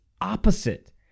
opposite